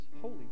holy